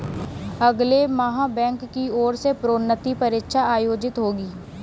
अगले माह बैंक की ओर से प्रोन्नति परीक्षा आयोजित होगी